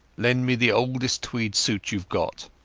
lend me the oldest tweed suit youave got.